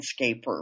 landscaper